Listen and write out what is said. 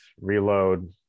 reload